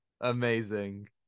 Amazing